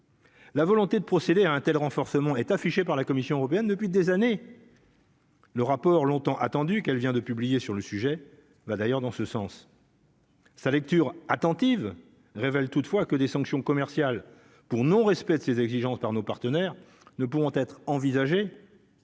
La volonté de procéder à un tel renforcement est affiché par la Commission européenne depuis des années. Le rappeur longtemps attendu qu'elle vient de publier sur le sujet, ben d'ailleurs dans ce sens. Sa lecture attentive révèle toutefois que des sanctions commerciales pour non respect de ces exigences par nos partenaires ne pourront être envisagées